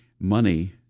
Money